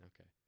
Okay